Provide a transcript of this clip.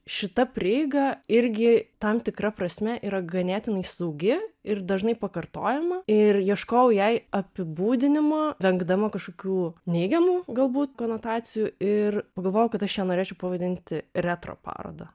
šita prieiga irgi tam tikra prasme yra ganėtinai saugi ir dažnai pakartojama ir ieškojau jai apibūdinimo vengdama kažkokių neigiamų galbūt konotacijų ir pagalvojau kad aš norėčiau pavadinti retro paroda